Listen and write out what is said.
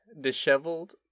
disheveled